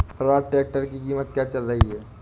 Swaraj tractor की कीमत क्या चल रही है?